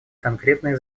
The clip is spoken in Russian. конкретные